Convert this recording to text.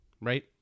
right